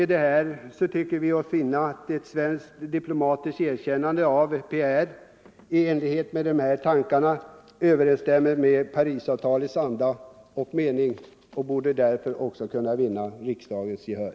Vi har sålunda funnit att ett svenskt diplomatiskt erkännande av PRR i enlighet med dessa tankar överensstämmer med Parisavtalets anda och mening, och förslagen härom borde också kunna vinna riksdagens gehör.